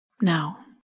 Now